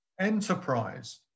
enterprise